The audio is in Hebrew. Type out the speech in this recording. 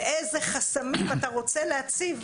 ואיזה חסמים אתה רוצה להציב,